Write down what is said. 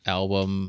album